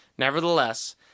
Nevertheless